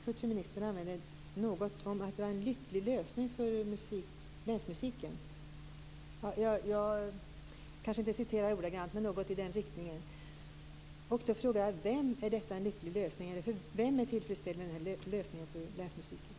Kulturministern sade något om att det var en lycklig lösning för länsmusiken. Jag citerar det kanske inte ordagrant, men det var något i den riktningen. Jag vill fråga vem som är tillfredsställd med den här lösningen för länsmusiken.